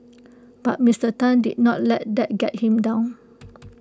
but Mister Tan did not let that get him down